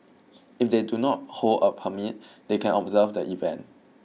if they do not hold a permit they can observe the event